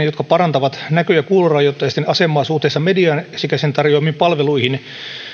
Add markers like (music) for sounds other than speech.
(unintelligible) jotka parantavat näkö ja kuulorajoitteisten asemaa suhteessa mediaan sekä sen tarjoamiin palveluihin